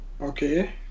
Okay